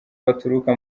baturuka